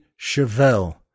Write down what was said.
Chevelle